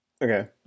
Okay